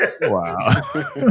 Wow